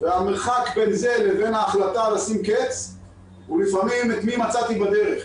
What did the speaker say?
והמרחק בין זה לבין ההחלטה לשים קץ לחייהם הוא לפעמים את מי מצאתי בדרך.